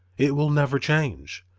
it will never change,